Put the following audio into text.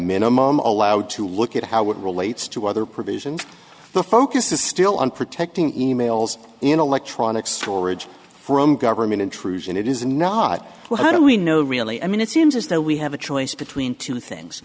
minimum allowed to look at how it relates to other provisions the focus is still on protecting e mails in electronic storage from government intrusion it is not how do we know really i mean it seems as though we have a choice between two things